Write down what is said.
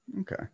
okay